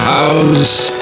House